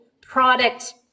product